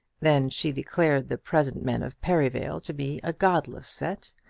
then she declared the present men of perivale to be a godless set,